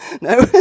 No